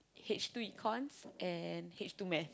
H two Econs and H two maths